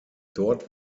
dort